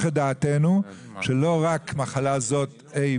את דעתנו כך שלא רק מחלה מסוימת כן תהיה,